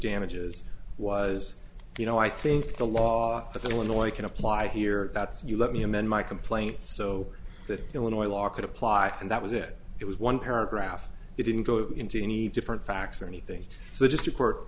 damages was you know i think the law of the i can apply here that you let me amend my complaint so that illinois law could apply and that was it it was one paragraph it didn't go into any different facts or anything so i just report